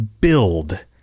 build